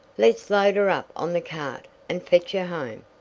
let's load her up on the cart and fetch her home.